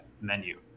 menu